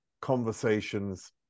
conversations